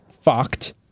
fucked